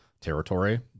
territory